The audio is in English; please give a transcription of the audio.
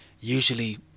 usually